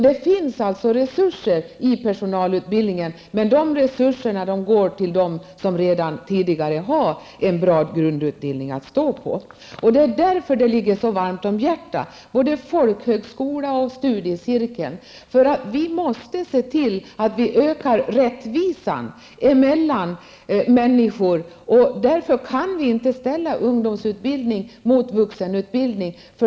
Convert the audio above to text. Det finns alltså resurser i personalutbildningen, men de går till dem som redan tidigare har en bra grundutbildning att stå på. Det är därför som folkhögskolan och studiecirkeln ligger mig så varmt om hjärtat. Vi måste se till att vi ökar rättvisan mellan människor. Därför kan vi inte ställa ungdomsutbildning mot vuxenutbildning.